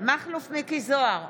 מכלוף מיקי זוהר,